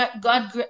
God